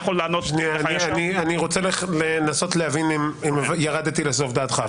אני רוצה לנסות להבין אם ירדתי לסוף דעתך,